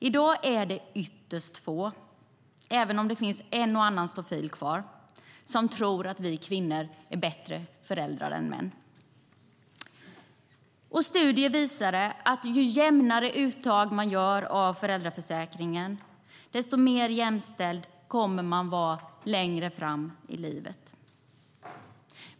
I dag är det ytterst få, även om det finns en och annan stofil kvar, som tror att vi kvinnor är bättre föräldrar än män. Studier visar att ju jämnare uttag av föräldraförsäkringen man gör, desto mer jämställd kommer man att vara längre fram i livet.